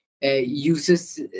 uses